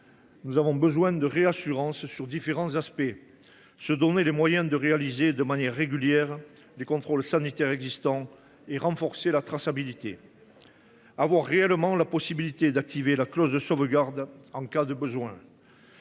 Nous avons besoin de réassurances sur différents aspects. Nous devons ainsi nous donner les moyens de réaliser de manière régulière les contrôles sanitaires existants et renforcer la traçabilité et avoir réellement la possibilité d’activer la clause de sauvegarde en cas de besoin.